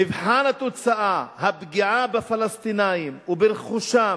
מבחן התוצאה, הפגיעה בפלסטינים וברכושם,